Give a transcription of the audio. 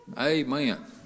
Amen